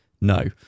No